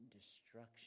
destruction